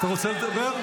אתה רוצה לדבר?